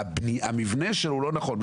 המבנה שלה לא נכון.